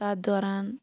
تتھ دوران